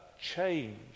change